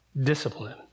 discipline